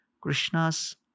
Krishna's